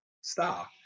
star